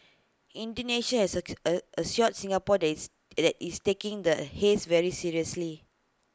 Indonesia has ex A assured Singapore that it's that it's taking the haze very seriously